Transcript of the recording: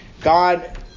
God